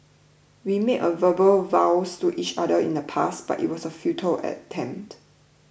we made a verbal vows to each other in the past but it was a futile attempt